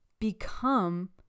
become